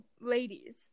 ladies